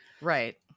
Right